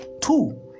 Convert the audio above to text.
Two